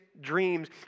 dreams